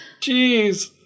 Jeez